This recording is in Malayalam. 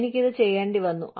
എനിക്ക് ഇത് ചെയ്യേണ്ടിവന്നു